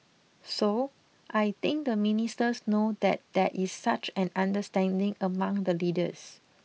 so I think the ministers know that there is such an understanding among the leaders